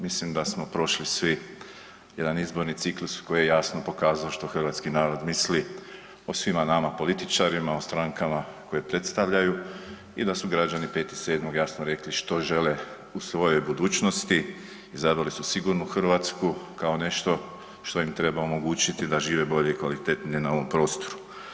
Mislim da smo prošli svi jedan izborni ciklus koji je jasno pokazao što hrvatski narod misli o svima nama političarima, o strankama koje predstavljaju i da su građani 5.7. jasno rekli što žele u svojoj budućnosti, izabrali su sigurnu Hrvatsku kao nešto što im treba omogućiti da žive bolje i kvalitetnije na ovom prostoru.